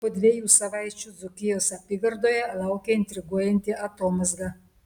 po dviejų savaičių dzūkijos apygardoje laukia intriguojanti atomazga